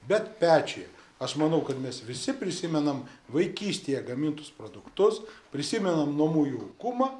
bet pečiuje aš manau kad mes visi prisimenam vaikystėje gamintus produktus prisimenam namų jaukumą